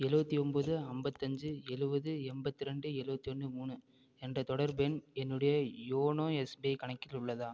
எழுபத்தி ஒம்போது அம்பத்தஞ்சு எழுபது எண்பத்தி ரெண்டு எழுபத்தி ஒன்று மூணு என்ற தொடர்பு எண் என்னுடைய யோனோ எஸ்பிஐ கணக்கில் உள்ளதா